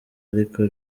ariko